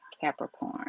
Capricorn